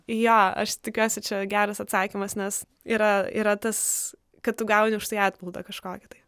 jo aš tikiuosi čia geras atsakymas nes yra yra tas kad tu gauni už tai atpildą kažkokį tai